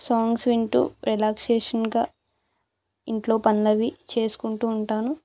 songs వింటు రిలాక్సేషన్గా ఇంట్లో పనులు అవి చేసుకుంటు ఉంటాను